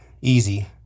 easy